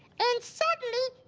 and suddenly,